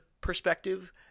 perspective